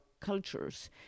cultures